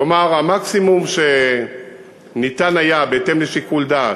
כלומר, המקסימום שניתן היה בהתאם לשיקול דעת,